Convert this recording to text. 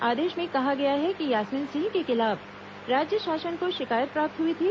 आदेश में कहा गया है कि यास्मीन सिंह के खिलाफ राज्य शासन को शिकायत प्राप्त हुई थी